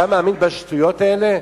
אתה מאמין בשטויות האלה?